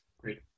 Great